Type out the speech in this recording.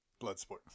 Bloodsport